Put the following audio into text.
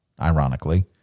ironically